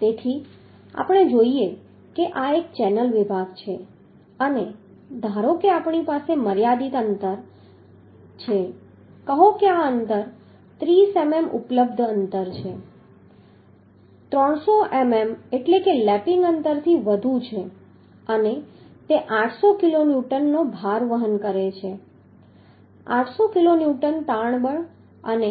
તેથી આપણે જોઈએ કે આ એક ચેનલ વિભાગ છે અને ધારો કે આપણી પાસે મર્યાદિત અંતર છે કહો કે આ 300 મીમી ઉપલબ્ધ અંતર છે 300 મીમી એટલે કે લેપિંગ અંતરથી વધુ છે અને તે 800 કિલોન્યુટનનો ભાર વહન કરે છે 800 કિલોન્યુટનનું તાણ બળ અને